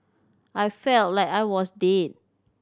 I felt like I was dead